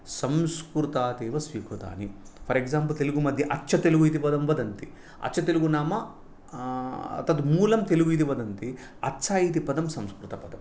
संस्कृतात् एव स्वीकृतानि फार् एक्साम्पल् तेलगुमध्ये अच्चतेलगु इति वदन्ति अच्चतेलगु नाम तत् मूलं तेलगु इति वदन्ति अच्छा इति पदं संस्कृतपदम्